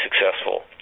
successful